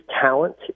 talent